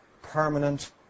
permanent